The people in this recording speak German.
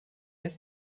ist